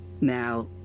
Now